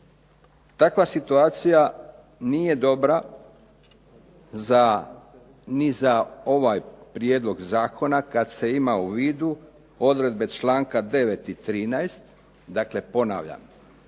Takva situacija nije dobra ni za ovaj prijedlog zakona kada se ima u vidu odredbe članka 9. i 13. Dakle, ponavljam